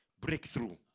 breakthrough